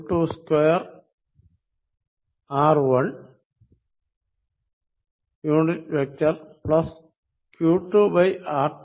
r1 unit vector q2r22